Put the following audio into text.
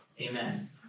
amen